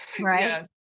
right